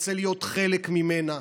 נרצה להיות חלק ממנה,